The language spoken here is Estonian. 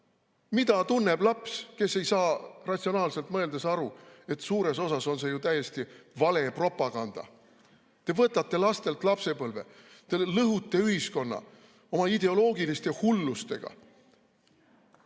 Mida tunneb laps, kes ei saa ratsionaalselt mõeldes aru, et suures osas on see ju täiesti valepropaganda? Te võtate lastelt lapsepõlve, te lõhute ühiskonna oma ideoloogiliste hullustega.